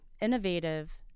innovative